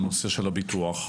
על הנושא של הביטוח,